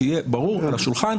שיהיה ברור ועל השולחן.